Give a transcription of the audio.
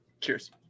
Cheers